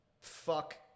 Fuck